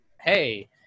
Hey